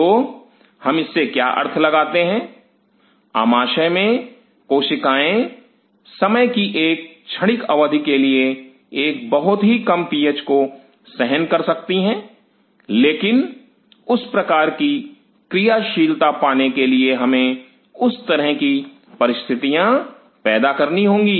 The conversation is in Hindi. तो हम इससे क्या अर्थ लगाते हैं आमाशय में कोशिकाएं समय की एक क्षणिक अवधि के लिए एक बहुत ही कम पीएच को सहन कर सकती हैं लेकिन उस प्रकार की क्रियाशीलता पाने के लिए हमें उस तरह की परिस्थितियां पैदा करनी होंगी